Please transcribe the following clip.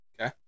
Okay